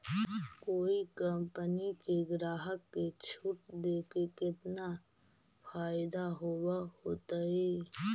कोई कंपनी के ग्राहक के छूट देके केतना फयदा होब होतई?